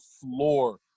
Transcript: floor